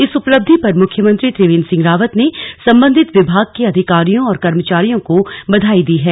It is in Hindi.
इस उपलब्धि पर मुख्यमंत्री त्रिवेंद्र सिंह रावत ने संबंधित विभाग के अधिकारियों और कर्मचारियों को बधाई दी है